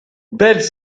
belles